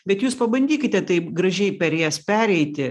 bet jūs pabandykite taip gražiai per jas pereiti